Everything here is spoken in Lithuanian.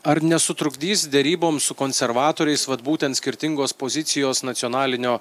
ar nesutrukdys deryboms su konservatoriais vat būtent skirtingos pozicijos nacionalinio